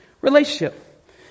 relationship